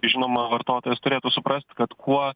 žinoma vartotojas turėtų suprast kad kuo